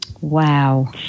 Wow